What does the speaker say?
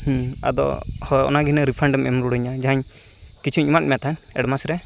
ᱦᱮᱸ ᱟᱫᱚ ᱦᱚ ᱚᱱᱟᱜᱮ ᱱᱟᱜ ᱨᱤᱯᱷᱟᱸᱰᱮᱢ ᱮᱢ ᱨᱩᱣᱟᱹᱲᱟᱹᱧᱟ ᱡᱟᱦᱟᱧ ᱠᱤᱪᱷᱩᱧ ᱮᱢᱟᱫ ᱢᱮ ᱛᱟᱦᱮᱸᱫ ᱮᱰᱵᱟᱱᱥ ᱨᱮ